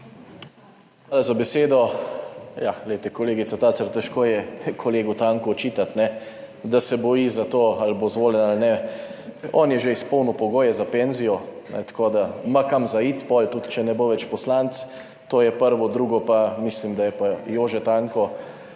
Hvala za besedo. Ja, glejte, kolegica Tacer, težko je kolegu Tanku očitati, da se boji za to ali bo izvoljen ali ne, on je že izpolnil pogoje za penzijo tako da ima kam za iti potem, tudi če ne bo več poslanec. To je prvo. Drugo pa, mislim, da je pa Jože Tanko